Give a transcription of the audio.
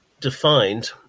defined